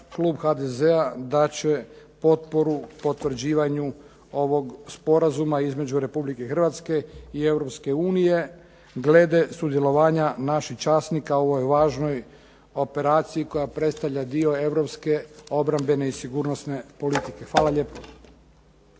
klub HDZ-a dat će potporu potvrđivanju ovog sporazuma između Republike Hrvatske i Europske unije glede sudjelovanja naših časnika u ovoj važnoj operaciji koja predstavlja dio europske obrambene i sigurnosne politike. Hvala lijepo.